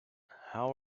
how